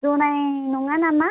ज'नाय नङा नामा